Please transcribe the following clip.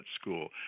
school